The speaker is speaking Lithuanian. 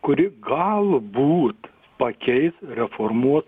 kuri galbūt pakeis reformuos